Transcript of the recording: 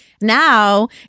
Now